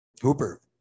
Hooper